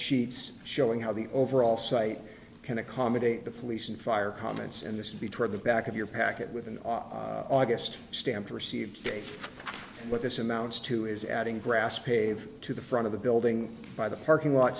cheats showing how the overall site can accommodate the police and fire comments in this between the back of your packet with an august stamp to receive what this amounts to is adding grass pave to the front of the building by the parking lot